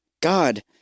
God